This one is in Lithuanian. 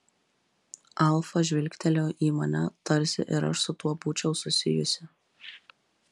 alfa žvilgtelėjo į mane tarsi ir aš su tuo būčiau susijusi